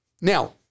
Now